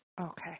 Okay